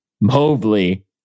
Mobley